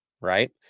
Right